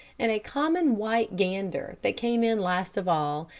and a common white gander that came in last of all,